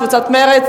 קבוצת מרצ,